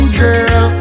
girl